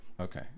Okay